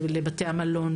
לבתי המלון,